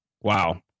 Wow